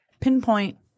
pinpoint